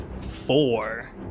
four